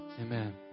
Amen